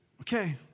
Okay